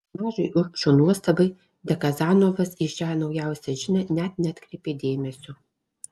nemažai urbšio nuostabai dekanozovas į šią naujausią žinią net neatkreipė dėmesio